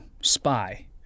spy